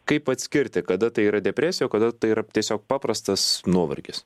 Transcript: kaip atskirti kada tai yra depresija o kada tai yra tiesiog paprastas nuovargis